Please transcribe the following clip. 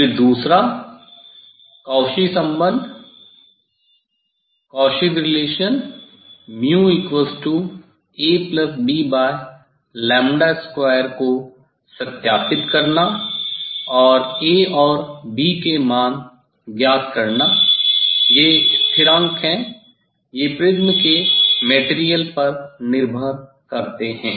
फिर दूसरा काउची संबंध Cauchy's relation AB2 को सत्यापित करना और A और B के मान ज्ञात करना ये स्थिरांक हैं ये प्रिज्म के मटेरियल पर निर्भर करते हैं